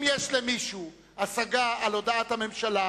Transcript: אם יש למישהו השגה על הודעת הממשלה,